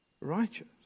righteous